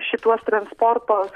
šituos transporto